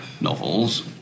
novels